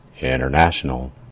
international